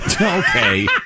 Okay